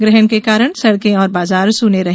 ग्रहण के कारण सड़के और बाजार सूने रहे